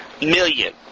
million